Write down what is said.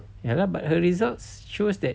ya lah but her results shows that